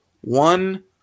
One